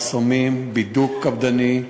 מחסומים, בידוק קפדני.